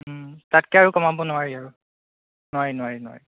তাতকৈ আৰু কমাব নোৱাৰি আৰু নোৱাৰি নোৱাৰি নোৱাৰি